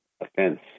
offense